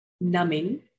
numbing